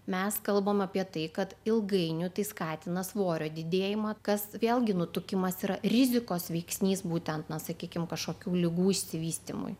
mes kalbam apie tai kad ilgainiui tai skatina svorio didėjimą kas vėlgi nutukimas yra rizikos veiksnys būtent na sakykim kažkokių ligų išsivystymui